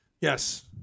yes